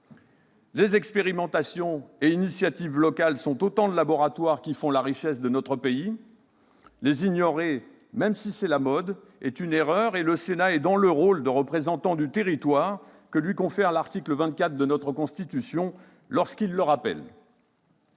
Les expérimentations et initiatives locales sont autant de laboratoires qui font la richesse de notre pays. Les ignorer, même si c'est la mode, est une erreur, et le Sénat est dans le rôle de représentant du territoire que lui confère l'article 24 de la Constitution lorsqu'il le rappelle.